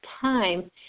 time